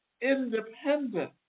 independent